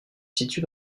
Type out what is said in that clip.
situe